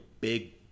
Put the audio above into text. big